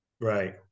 Right